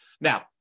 Now